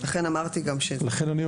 לכן אני אומר,